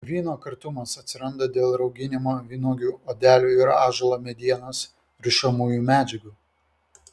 vyno kartumas atsiranda dėl rauginimo vynuogių odelių ir ąžuolo medienos rišamųjų medžiagų